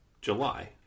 July